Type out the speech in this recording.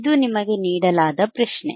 ಇದು ನಿಮಗೆ ನೀಡಲಾದ ಪ್ರಶ್ನೆ